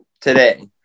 today